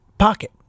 pocket